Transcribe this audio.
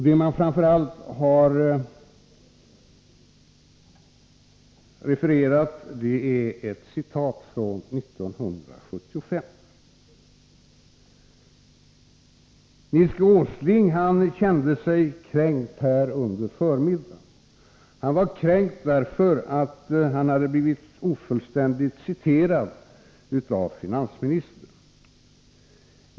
Det man framför allt har refererat är ett citat från 1975. Nils G. Åsling kände sig kränkt därför att han under förmiddagens debatt hade blivit ofullständigt citerad av finansministern.